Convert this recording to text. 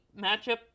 matchup